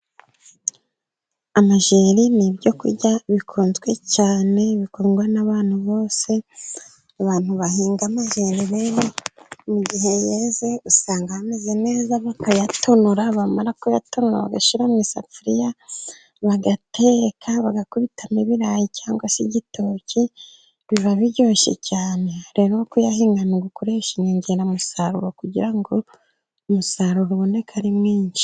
Amajeri ni ibyo kurya bikunzwe cyane bikundwa n'abantu bose. Abantu bahinga amajeri rero mu gihe yeze, usanga bameze neza, bakayatonora, bamara kuyatonora bagashyira mu isafuriya bagateka. Bagakubitamo ibirayi cyangwa se igitoki, biba biryoshye cyane. Rero kuyahinga ni ugukoresha inyongeramusaruro kugira ngo umusaruro uboneke ari mwinshi.